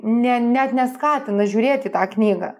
ne net neskatina žiūrėt į tą knygą